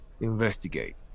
investigate